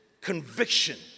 conviction